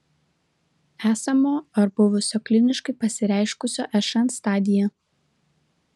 esamo ar buvusio kliniškai pasireiškusio šn stadija